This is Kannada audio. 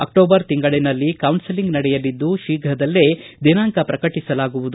ಅಕ್ಟೋಬರ್ ತಿಂಗಳನಲ್ಲಿ ಕೌನ್ಸೆಲಿಂಗ್ ನಡೆಯಲಿದ್ದು ಶೀಘದಲ್ಲೇ ದಿನಾಂಕ ಪ್ರಕಟಿಸಲಾಗುವುದು